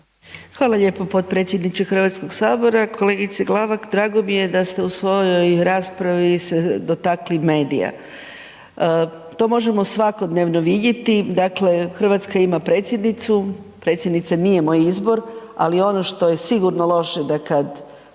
Hvala lijepo potpredsjedniče HS-a. Kolegice Glavak, drago mi je da ste u svojoj raspravi se dotakli medija. To možemo svakodnevno vidjeti, dakle Hrvatska ima predsjednicu, predsjednica nije moj izbor, ali ono što je sigurno loše da kad